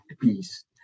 piece